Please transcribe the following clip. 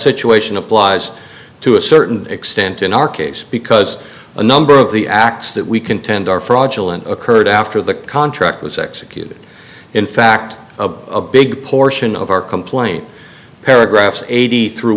situation applies to a certain extent in our case because a number of the acts that we contend are fraudulent occurred after the contract was executed in fact a big portion of our complaint paragraphs eighty through